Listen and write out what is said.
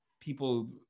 people